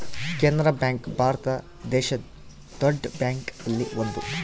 Canara bank Bharat ದೇಶದ್ ದೊಡ್ಡ bank ಅಲ್ಲಿ ಒಂದು